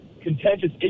contentious